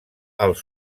els